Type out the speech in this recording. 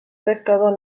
pescador